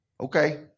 Okay